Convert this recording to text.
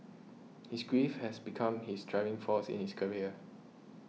his grief has become his driving force in his career